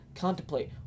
contemplate